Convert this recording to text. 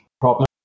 problem